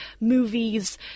movies